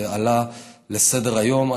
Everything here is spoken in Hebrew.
שעלה לסדר-היום,